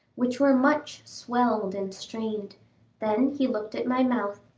which were much swelled and strained then he looked at my mouth.